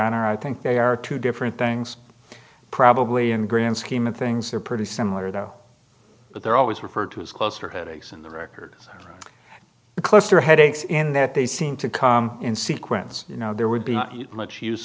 honor i think they are two different things probably in the grand scheme of things they're pretty similar though but they're always referred to as closer headaches in the record cluster headaches in that they seem to come in sequence you know there would be much use